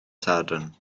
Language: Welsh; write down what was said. sadwrn